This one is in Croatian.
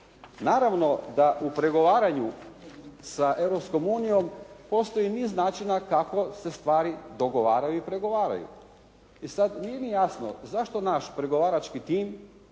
Naravno da u pregovaranju sa Europskom unijom postoji niz načina kako se stvari dogovaraju i pregovaraju. I sad nije mi jasno zašto naš pregovarački tim